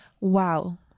Wow